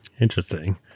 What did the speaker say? Interesting